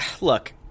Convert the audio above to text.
look